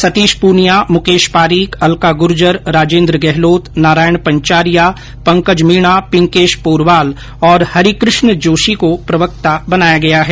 सतीश पूनिया मुकेश पारीक अल्का गुर्जर राजेन्द्र गहलोत नारायण पंचारिया पंकज मीणा पिंकेश पोरवाल और हरिकृष्ण जोशी को प्रवक्ता बनाया गया हैं